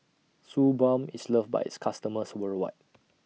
Suu Balm IS loved By its customers worldwide